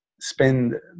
spend